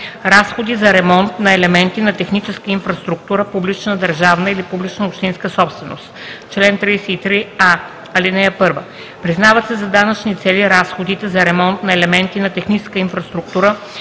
Разходи за ремонт на елементи на техническа инфраструктура – публична държавна или публична общинска собственост Чл. 33а. (1) Признават се за данъчни цели разходи за ремонт на елементи на техническа инфраструктура,